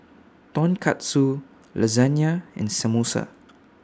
Tonkatsu Lasagne and Samosa